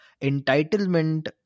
entitlement